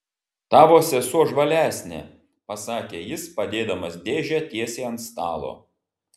tavo sesuo žvalesnė pasakė jis padėdamas dėžę tiesiai ant stalo